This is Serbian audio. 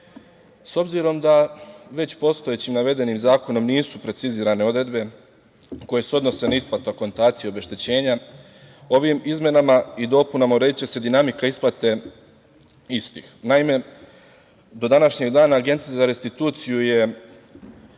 obzirom da već postojećim navedenim zakonom nisu precizirane odredbe koje se odnose na isplatu akontacije obeštećenja, ovim izmenama i dopunama uređuje se dinamika isplate istih. Naime, do današnjeg dana Agencija za restituciju je